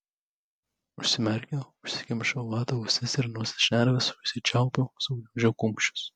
užsimerkiau užsikimšau vata ausis ir nosies šnerves užsičiaupiau sugniaužiau kumščius